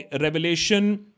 revelation